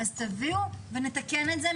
תביאו ונתקן את זה,